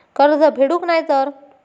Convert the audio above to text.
कर्ज फेडूक नाय तर?